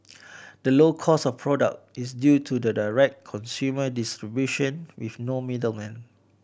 the low cost of product is due to the direct consumer distribution with no middlemen